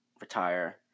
retire